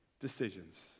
decisions